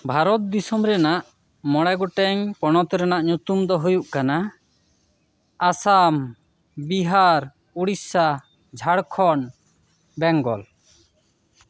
ᱵᱷᱟᱨᱚᱛ ᱫᱤᱥᱚᱢ ᱨᱮᱱᱟ ᱢᱚᱬᱮ ᱜᱚᱴᱟᱝ ᱯᱚᱱᱚᱛ ᱨᱮᱱᱟ ᱧᱩᱛᱩᱢ ᱫᱚ ᱦᱩᱭᱩ ᱠᱟᱱᱟ ᱟᱥᱟᱢ ᱵᱤᱦᱟᱨ ᱩᱲᱤᱥᱥᱟ ᱡᱷᱟᱲᱠᱷᱚᱸᱰ ᱵᱮᱝᱜᱚᱞ